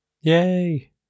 Yay